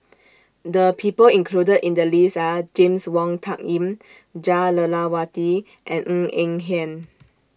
The People included in The list Are James Wong Tuck Yim Jah Lelawati and Ng Eng Hen